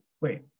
Wait